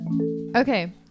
Okay